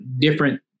different